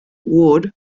ward